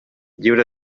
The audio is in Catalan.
lliure